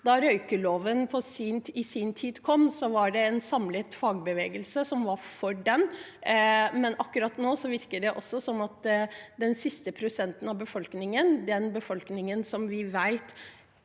Da røykeloven i sin tid kom, var det en samlet fagbevegelse som var for den, men akkurat nå, når det gjelder de siste prosentene av befolkningen – den befolkningen som vi vet